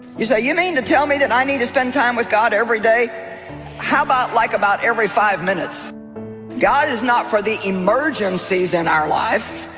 you say you mean to tell me that and i need to spend time with god every day how about like about every five minutes god is not for the emergencies in our life